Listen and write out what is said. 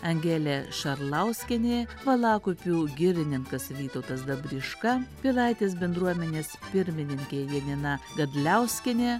angelė šarlauskienė valakupių girininkas vytautas dabriška pilaitės bendruomenės pirmininkė janina gadliauskienė